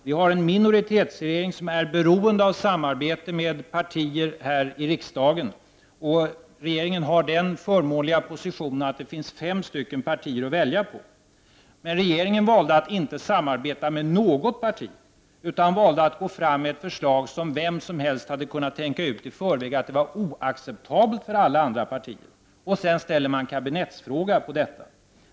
Vi har en minoritetsregering som är beroende av samarbete med partier här i riksdagen, och regeringen har den förmånliga positionen att det finns fem partier att välja på. Men regeringen valde att inte samarbeta med något parti, den valde att gå fram med ett förslag som var sådant att vem som helst hade kunnat tänka ut i förväg att det var oacceptabelt för alla andra partier. Sedan ställer regeringen kabinettsfråga på detta.